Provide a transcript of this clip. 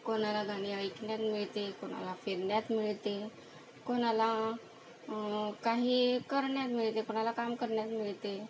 कोणाला गाणे ऐकण्यात मिळते कोणाला फिरण्यात मिळते कोणाला काही करण्यात मिळते कोणाला काम करण्यात मिळते